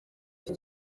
iki